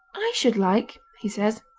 i should like, he says,